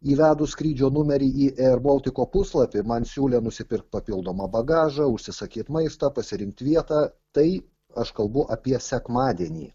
įvedus skrydžio numerį į ėr boltiko puslapį man siūlė nusipirkt papildomą bagažą užsisakyt maistą pasirinkt vietą tai aš kalbu apie sekmadienį